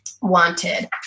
wanted